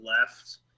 left